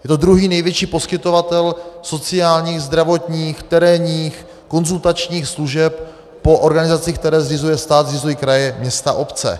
Je to druhý největší poskytovatel sociálních, zdravotních, terénních, konzultačních služeb po organizacích, které zřizuje stát, zřizují kraje, města, obce.